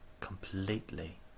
completely